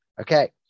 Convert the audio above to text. Okay